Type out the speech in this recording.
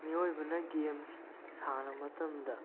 ꯃꯤꯑꯣꯏꯕꯅ ꯒꯦꯝ ꯁꯥꯟꯅꯕ ꯃꯇꯝꯗ